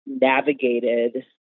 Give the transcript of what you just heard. navigated